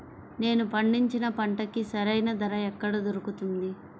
నేను పండించిన పంటకి సరైన ధర ఎక్కడ దొరుకుతుంది?